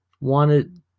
wanted